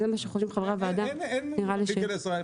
כך חושבים חברי הוועדה נראה לי שזה בסדר.